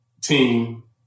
team